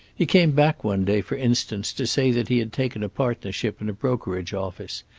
he came back one day, for instance, to say that he had taken a partnership in a brokerage office,